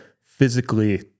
physically